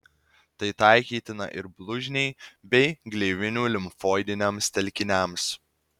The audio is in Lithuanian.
tai taikytina ir blužniai bei gleivinių limfoidiniams telkiniams